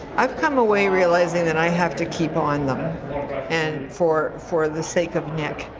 i've come away realizing that i have to keep on them and for for the sake of nick.